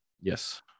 Yes